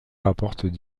rapportent